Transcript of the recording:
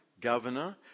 governor